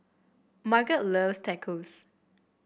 Margot loves Tacos